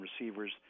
receivers